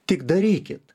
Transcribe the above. tik darykit